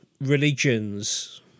religions